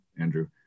Andrew